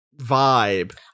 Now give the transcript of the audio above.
vibe